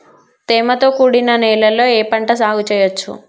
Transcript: తేమతో కూడిన నేలలో ఏ పంట సాగు చేయచ్చు?